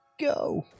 go